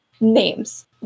names